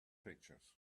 pictures